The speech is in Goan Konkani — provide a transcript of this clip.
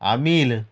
आमील